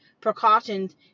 precautions